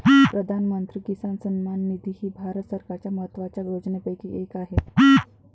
प्रधानमंत्री किसान सन्मान निधी ही भारत सरकारच्या महत्वाच्या योजनांपैकी एक आहे